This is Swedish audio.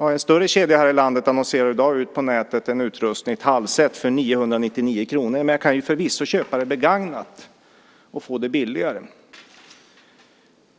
En större kedja här i landet annonserar i dag på nätet ut en utrustning, ett halvset, för 999 kr. Men jag kan förvisso köpa det begagnat och få det billigare.